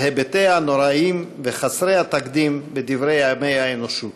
היבטיה הנוראיים וחסרי התקדים בדברי ימי האנושות.